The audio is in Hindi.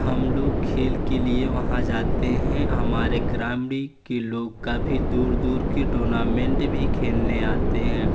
हम लोग खेल के लिए वहाँ जाते हैं हमारे ग्राम्री के लोग काफी दूर दूर के टूर्नामेंट में खेलने आते हैं